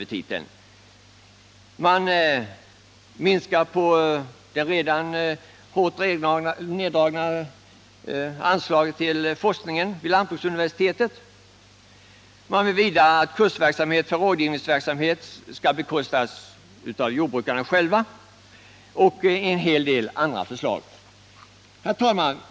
De minskar på de redan hårt neddragna anslagen till forskning vid lantbruksuniversitetet. De vill vidare att kursverksamhet och rådgivningsverksamhet skall bekostas av jordbrukarna själva och en hel del andra förslag. Herr talman!